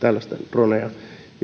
dronea